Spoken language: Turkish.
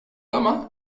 ama